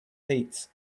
heat